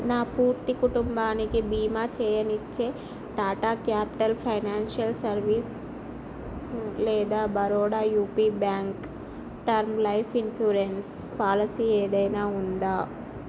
నా పూర్తి కుటుంబానికి బీమా చేయనిచ్చే టాటా క్యాపిటల్ ఫైనాన్షియల్ సర్వీస్ లేదా Baroda UP Bank term life insurance policy ఏదైనా ఉందా